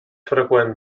freqüent